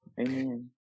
Amen